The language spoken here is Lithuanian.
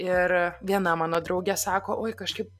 ir viena mano draugė sako oi kažkaip